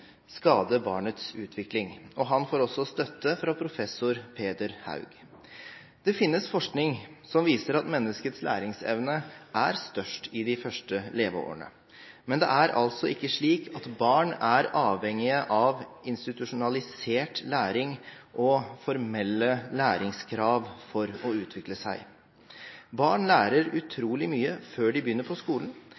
skade barnets utvikling. Han får også støtte fra professor Peder Haug. Det finnes forskning som viser at menneskets læringsevne er størst i de første leveårene, men det er altså ikke slik at barn er avhengige av institusjonalisert læring og formelle læringskrav for å utvikle seg. Barn lærer